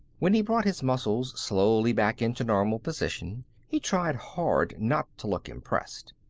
when he brought his muscles slowly back into normal position he tried hard not to look impressed.